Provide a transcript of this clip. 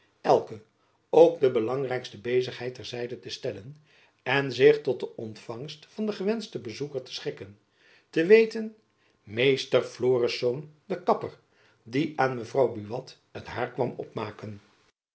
elke ook de belangrijkste bezigheid ter zijde te stellen en zich tot de ontfangst van den gewenschten bezoeker te schikken te weten meester florisz de kapper die aan mevrouw buat het hair kwam opmaken